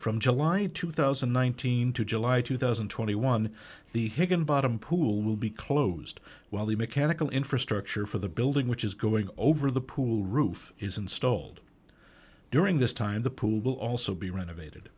from july of two thousand and nineteen to july two thousand and twenty one the higginbottom pool will be closed while the mechanical infrastructure for the building which is going over the pool roof is installed during this time the pool will also be renovated